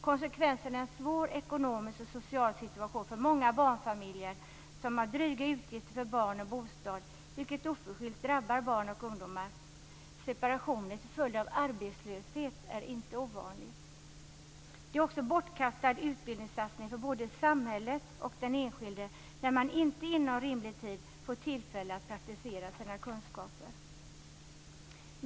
Konsekvensen är en svår ekonomisk och social situation för många barnfamiljer som har dryga utgifter för barn och bostad, vilket oförskyllt drabbar barn och ungdomar. Separationer till följd av arbetslöshet är inte ovanligt. Det är också en bortkastad utbildningssatsning för både samhället och den enskilde när man inte inom rimlig tid får tillfälle att praktisera sina kunskaper.